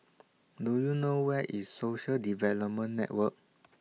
Do YOU know Where IS Social Development Network